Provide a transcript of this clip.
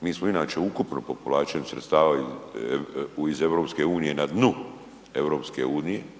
Mi smo inače ukupno po povlačenju sredstava iz EU na dnu EU,